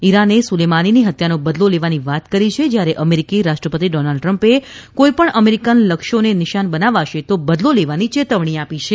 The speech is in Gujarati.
ઇરાને સુલેમાનીની હત્યાનો બદલો લેવાની વાત કરી છે જયારે અમેરિકી રાષ્ટ્રપતિ ડોનાલ્ડ ટ્રમ્પે કોઇપણ અમેરિકન લક્ષ્યોને નિશાન બનાવાશે તો બદલો લેવાની ચેતવણી આપી છે